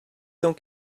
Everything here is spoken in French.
cent